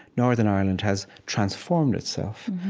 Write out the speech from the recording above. northern ireland has transformed itself,